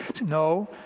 no